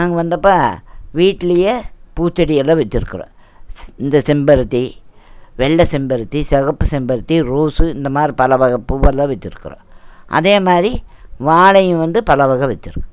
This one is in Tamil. நாங்கள் வந்துப்பா வீட்லையே பூச்செடி எல்லாம் வச்சிருக்கறோம் ஸ் இந்த செம்பருத்தி வெள்ளை செம்பருத்தி சிகப்பு செம்பருத்தி ரோஸு இந்தமாதிரி பல வகை பூவெல்லாம் வச்சிருக்கறோம் அதேமாதிரி வாழையும் வந்து பல வகை வச்சிருக்கோம்